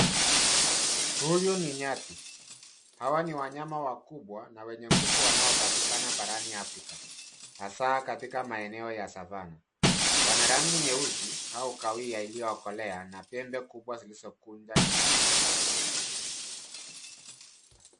Huyu ni nyati. Hawa ni wanyama wakubwa na wenye nguvu wanaopatikana barani Afrika, hasa katika maeneo ya Savannah. Wana rangi nyeusi au kahawia iliyokolea na pembe kubwa zilizokunja nyuma.